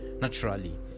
naturally